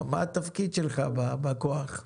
מה התפקיד שלך בכוח?